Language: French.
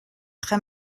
très